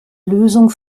lösung